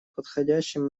подходящим